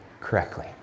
correctly